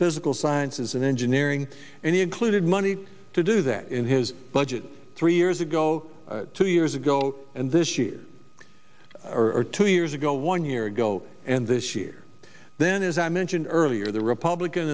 physical sciences and engineering and he included money to do that in his budget three years ago two years ago and this year or two years ago one year ago and this year then as i mentioned earlier the republican